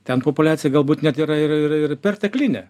ten populiacija galbūt net yra ir ir ir perteklinė